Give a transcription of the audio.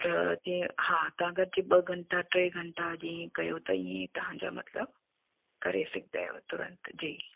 त जीअं हा त अगरि जे ॿ घंटा टे घंटा जीअं कयो त ईअं तव्हांजा मतिलब करे सघंदा आहियो तुरंत जी